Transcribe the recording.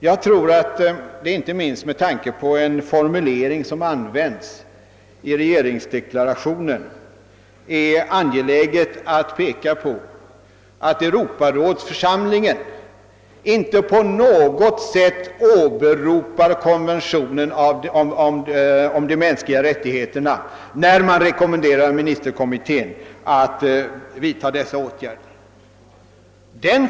Jag tror att det inte minst med tanke på den formulering som använts i regeringsdeklarationen är angeläget att påpeka att Europarådsförsamlingen inte på något sätt åberopar konventionen om de mänskliga rättigheterna, när man rekommenderar ministerkommittén att vidta dessa åtgärder.